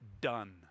done